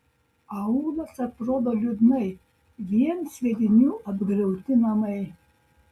aūlas atrodo liūdnai vien sviedinių apgriauti namai